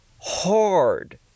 hard